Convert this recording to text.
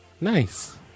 Nice